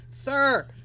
Sir